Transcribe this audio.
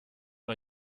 für